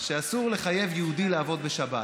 שאסור לחייב יהודי לעבוד בשבת,